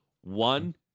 One